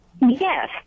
Yes